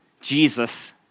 Jesus